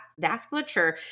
vasculature